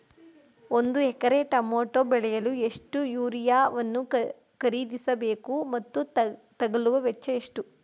ಒಂದು ಎಕರೆ ಟಮೋಟ ಬೆಳೆಯಲು ಎಷ್ಟು ಯೂರಿಯಾವನ್ನು ಖರೀದಿಸ ಬೇಕು ಮತ್ತು ತಗಲುವ ವೆಚ್ಚ ಎಷ್ಟು?